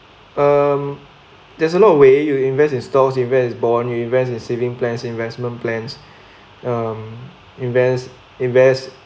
um there's a lot of way you invest in stock you invest in bond you invest in saving plans investment plans um invest invest